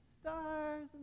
stars